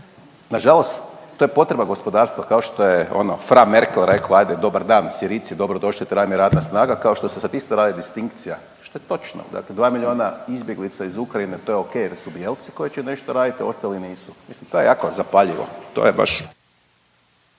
Nažalost to je potreba gospodarstva, kao što je frau Merkel rekla, dobar dan Sirijci, dobrodošli, treba mi radna snaga, kao što se sad isto radi distinkcija, što je točno, dakle 2 milijuna izbjeglica iz Ukrajine, to je okej jer su bijelci koji će nešto raditi, a ostali nisu. Mislim, to je jako zapaljivo. To je baš…